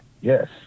Yes